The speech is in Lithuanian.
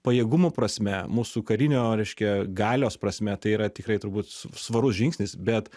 pajėgumo prasme mūsų karinio reiškia galios prasme tai yra tikrai turbūt svarus žingsnis bet